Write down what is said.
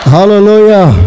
Hallelujah